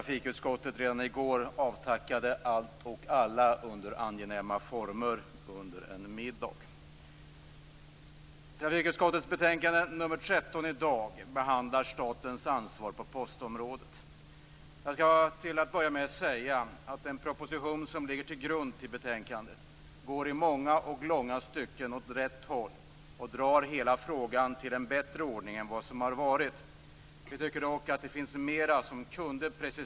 Herr talman! Låt mig först konstatera att trafikutskottet redan i går avtackade allt och alla under angenäma former under en middag. Jag skall till att börja med säga att den proposition som ligger till grund för betänkandet i många och långa stycken går åt rätt håll och drar hela frågan till en bättre ordning än den som har varit. Vi tycker dock att det finns mer som skulle ha kunnat preciseras.